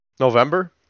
november